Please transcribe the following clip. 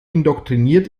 indoktriniert